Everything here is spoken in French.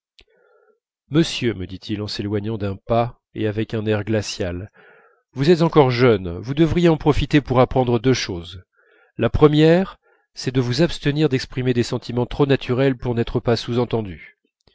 monsieur me dit-il en s'éloignant d'un pas et avec un air glacial vous êtes encore jeune vous devriez en profiter pour apprendre deux choses la première c'est de vous abstenir d'exprimer des sentiments trop naturels pour n'être pas sous-entendus